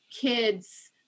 kids